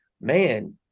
man